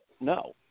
no